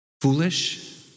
Foolish